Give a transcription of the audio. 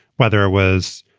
whether it was,